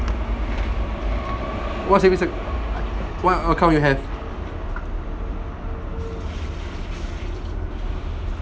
what saving acc~ what account you have